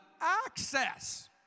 access